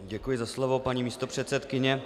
Děkuji za slovo, paní místopředsedkyně.